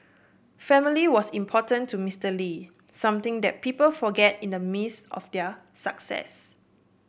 family was important to Mister Lee something that people forget in the midst of their success